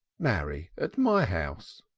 marry, at my house.